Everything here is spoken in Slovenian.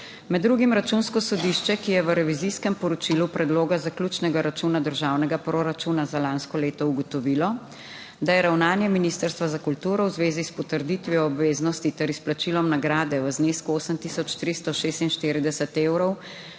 Med drugim Računsko sodišče, ki je v revizijskem poročilu predloga zaključnega računa državnega proračuna za lansko leto ugotovilo, da je ravnanje Ministrstva za kulturo v zvezi s potrditvijo obveznosti ter izplačilom nagrade v znesku 8 tisoč